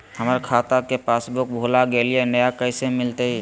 हमर खाता के पासबुक भुला गेलई, नया कैसे मिलतई?